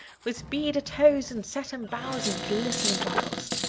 with beaded toes and satin bows and glistening buckles.